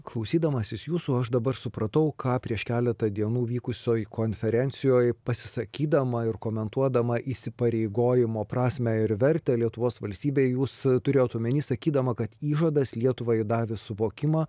klausydamasis jūsų aš dabar supratau ką prieš keletą dienų vykusioj konferencijoj pasisakydama ir komentuodama įsipareigojimo prasmę ir vertę lietuvos valstybei jūs turėjot omeny sakydama kad įžadas lietuvai davė suvokimą